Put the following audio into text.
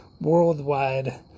worldwide